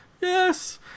Yes